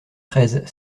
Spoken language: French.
treize